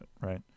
right